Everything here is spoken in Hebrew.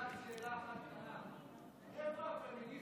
חברת הכנסת אורלי לוי אבקסיס,